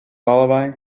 lullaby